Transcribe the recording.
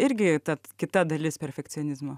irgi tad kita dalis perfekcionizmo